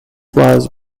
was